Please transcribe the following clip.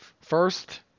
first